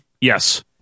Yes